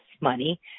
money